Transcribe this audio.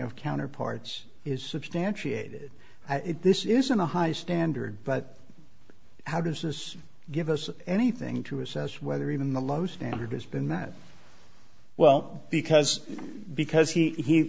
of counterparts is substantiated this isn't a high standard but how does this give us anything to assess whether even the low standard has been met well because because he